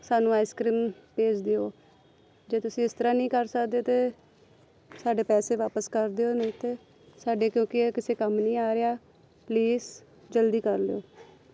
ਸਾਨੂੰ ice cream ਭੇਜ ਦਿਉ ਜੇ ਤੁਸੀਂ ਇਸ ਤਰ੍ਹਾਂ ਨਹੀਂ ਕਰ ਸਕਦੇ ਤਾਂ ਸਾਡੇ ਪੈਸੇ ਵਾਪਸ ਕਰ ਦਿਉ ਨਹੀਂ ਤਾਂ ਸਾਡੇ ਕਿਉਂਕਿ ਇਹ ਕਿਸੇ ਕੰਮ ਨਹੀਂ ਆ ਰਿਹਾ ਪਲੀਜ਼ ਜਲਦੀ ਕਰ ਲਉ